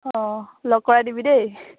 অঁ লগ কৰাই দিবি দেই